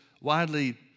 widely